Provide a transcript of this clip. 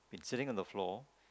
been sitting on the floor